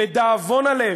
לדאבון הלב,